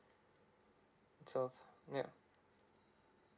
so ya